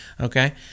Okay